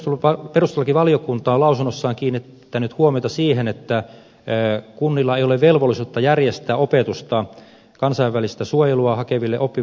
perustuslakivaliokunta on lausunnossaan kiinnittänyt huomiota siihen että kunnilla ei ole velvollisuutta järjestää opetusta kansainvälistä suojelua hakeville oppivelvollisuusikäisille